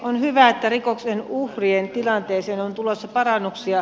on hyvä että rikoksen uhrien tilanteeseen on tulossa parannuksia